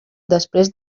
després